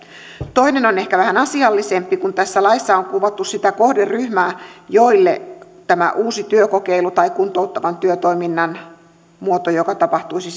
toinen on ehkä vähän asiallisempi kun tässä laissa on kuvattu sitä kohderyhmää jolle tämä uusi työkokeilu tai kuntouttavan työtoiminnan muoto joka tapahtuisi